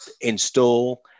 install